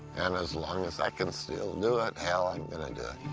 and as long as i can still do it, hell, i'm gonna and